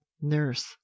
nurse